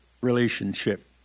relationship